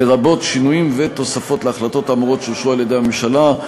לרבות שינויים ותוספות להחלטות האמורות שאושרו על-ידי הממשלה,